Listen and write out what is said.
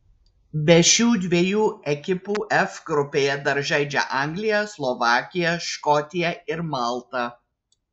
be šių dviejų ekipų f grupėje dar žaidžia anglija slovakija škotija ir malta